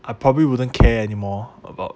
I probably wouldn't care anymore about